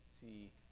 see